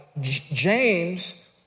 James